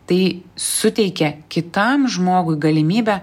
tai suteikia kitam žmogui galimybę